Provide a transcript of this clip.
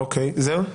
זהו?